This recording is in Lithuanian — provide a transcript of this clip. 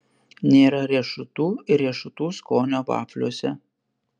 nėra riešutų ir riešutų skonio vafliuose